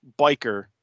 Biker